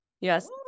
Yes